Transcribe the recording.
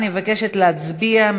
אני מבקשת להצביע.